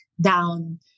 down